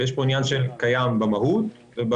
יש פה עניין של קיים במהות ובצורה.